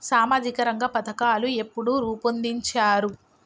సామాజిక రంగ పథకాలు ఎప్పుడు రూపొందించారు?